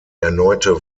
erneute